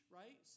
right